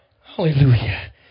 Hallelujah